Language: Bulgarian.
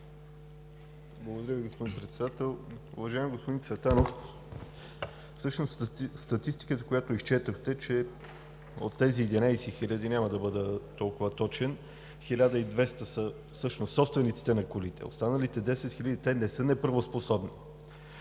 Благодаря Ви, господин Председател. Уважаеми господин Цветанов, статистиката, която изчетохте, че от тези 11 хиляди, няма да бъда толкова точен, 1200 са всъщност собствениците на колите. Останалите 10 хиляди не са неправоспособни,